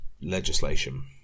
legislation